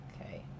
Okay